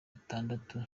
atandatu